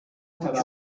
bucye